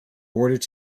bordered